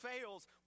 fails